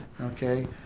okay